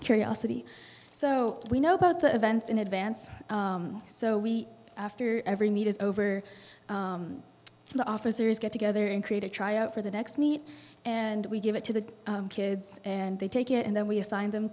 curiosity so we know about the events in advance so we after every need is over the officers get together and create a tryout for the next meet and we give it to the kids and they take it and then we assign them